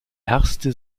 erste